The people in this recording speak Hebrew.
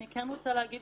אני רוצה להגיד